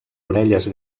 orelles